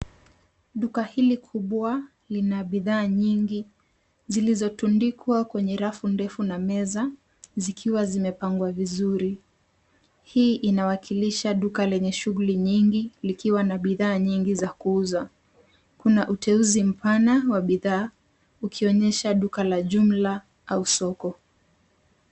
Duka hili kubwa lina bidhaa nyingi zilizotundikwa kwenye rafu ndefu na meza zikiwa zimepangwa vizuri. Hii inawakilisha duka lenye shughuli nyingi likiwa na bidhaa nyingi za kuuza. Kuna uteuzi mpana wa bidhaa ukionyesha duka la jumla au soko.